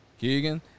Keegan